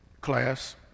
class